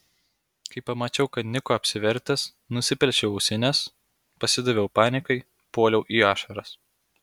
kai pamačiau kad niko apsivertęs nusiplėšiau ausines pasidaviau panikai puoliau į ašaras